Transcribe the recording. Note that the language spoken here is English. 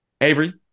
Avery